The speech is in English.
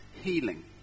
healing